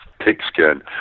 pigskin